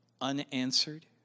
unanswered